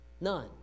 None